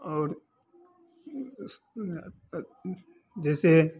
और जैसे